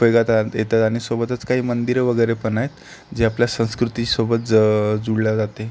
उपयोगात अन येतात आणि सोबतच काही मंदिरं वगैरे पण आहेत जे आपल्या संस्कृतीसोबत ज जोडल्या जाते